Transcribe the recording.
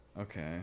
Okay